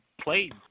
played